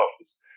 office